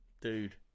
dude